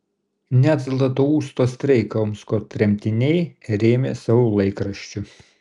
net zlatousto streiką omsko tremtiniai rėmė savo laikraščiu